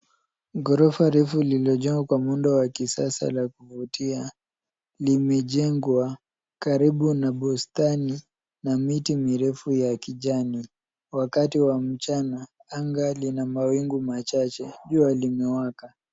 Ghorofa refu lilojengwa na muundo wa kisasa la kuvutia, limejengwa karibu na bustani na miti mirefu ya kijani. Wakati wa mchana, anga lina mawingu machache, jua limewaka.